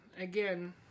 again